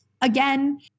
again